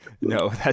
No